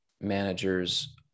managers